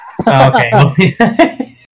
Okay